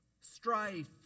strife